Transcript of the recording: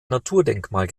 naturdenkmal